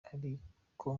ariko